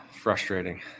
frustrating